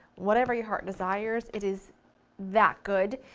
whatever your heart desires, it is that good,